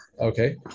Okay